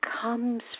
comes